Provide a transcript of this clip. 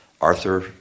Arthur